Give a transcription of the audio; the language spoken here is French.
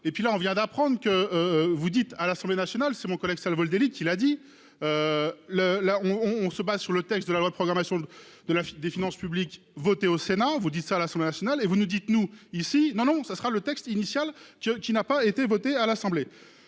et puis là on vient d'apprendre que vous dites à l'Assemblée nationale, c'est mon collègue Savoldelli qui l'a dit. Le là on on se base sur le texte de la loi de programmation de la des finances publiques votée au Sénat. Vous dites ça à l'Assemblée nationale et vous nous dites-nous ici non non ce sera le texte initial que qui n'a pas été voté à l'Assemblée.